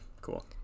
cool